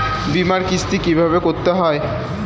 বিমার কিস্তি কিভাবে করতে হয়?